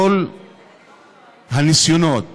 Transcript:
כל הניסיונות